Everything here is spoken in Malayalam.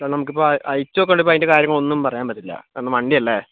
അപ്പോൾ നമുക്ക് അഴിച്ചു നോക്കാണ്ട് അതിൻ്റെ കാര്യങ്ങൾ ഒന്നും പറയാൻ പറ്റില്ല കാരണം വണ്ടിയല്ലേ